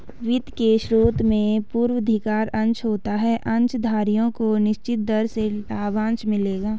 वित्त के स्रोत में पूर्वाधिकार अंश होता है अंशधारियों को निश्चित दर से लाभांश मिलेगा